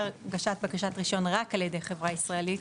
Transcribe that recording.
הגשת בקשת רישיון רק על ידי החברה הישראלית,